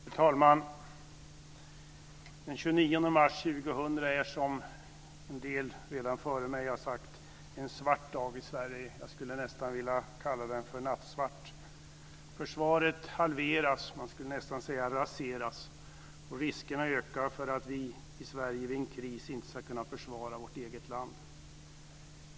Fru talman! Den 29 mars 2000 är, som en del redan före mig har sagt, en svart dag i Sverige. Jag skulle nästan vilja kalla den för nattsvart. Försvaret halveras, man skulle nästan kunna säga raseras, och riskerna ökar för att vi i Sverige vid en kris inte ska kunna försvara vårt eget land.